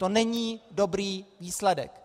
To není dobrý výsledek.